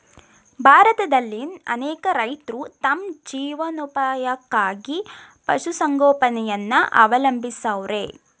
ಭಾರತದಲ್ಲಿನ್ ಅನೇಕ ರೈತ್ರು ತಮ್ ಜೀವನೋಪಾಯಕ್ಕಾಗಿ ಪಶುಸಂಗೋಪನೆಯನ್ನ ಅವಲಂಬಿಸವ್ರೆ